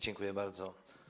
Dziękuję bardzo.